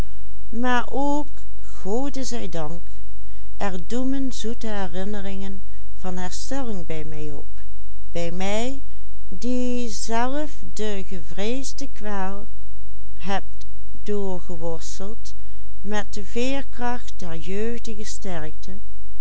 die zelf de gevreesde kwaal heb doorgeworsteld met de veerkracht der jeugdige sterkte